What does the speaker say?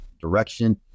direction